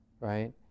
right